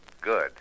Good